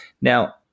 Now